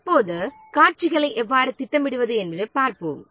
இப்போது காட்சிகளை எவ்வாறு திட்டமிடுவது என்று பார்ப்போம்